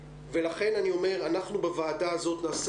ולכן אני אומר אנחנו בוועדה הזאת נעשה